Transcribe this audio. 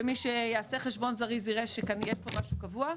ומי שיעשה חשבון זריז יראה שכאן יש פה משהו קבוע,